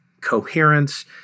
coherence